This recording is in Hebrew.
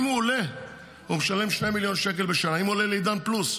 אם הוא עולה לעידן פלוס,